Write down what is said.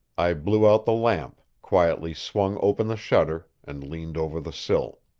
i blew out the lamp, quietly swung open the shutter and leaned over the sill.